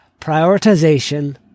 prioritization